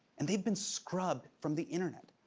and they've been scrubbed from the internet.